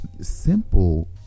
simple